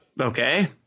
Okay